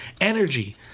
energy